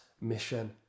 mission